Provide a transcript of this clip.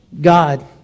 God